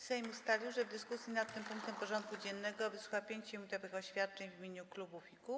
Sejm ustalił, że w dyskusji nad tym punktem porządku dziennego wysłucha 5-minutowych oświadczeń w imieniu klubów i kół.